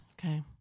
Okay